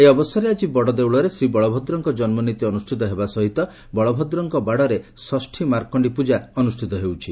ଏହି ଅବସରରେ ଆଜି ବଡଦଉଳରେ ଶ୍ରୀବଳଭଦ୍ରଙ୍କ ଜନ୍କନୀତି ଅନୁଷ୍ଷିତ ହେବା ସହିତ ବଳଭଦ୍ରଙ୍କ ବାଡରେ ଷଷୀ ମାର୍କଶ୍ଡି ପ୍ରଜା ଅନୁଷ୍ଠିତ ହେଉଛି